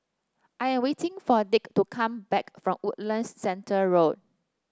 I am waiting for Dick to come back from Woodlands Centre Road